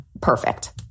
Perfect